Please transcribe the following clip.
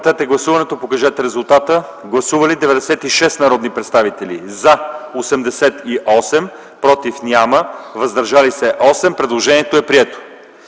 Предложението е прието.